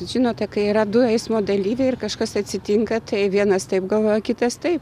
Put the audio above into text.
žinote kai yra du eismo dalyviai ir kažkas atsitinka tai vienas taip galvoja kitas taip